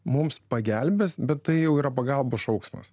mums pagelbės bet tai jau yra pagalbos šauksmas